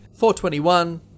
421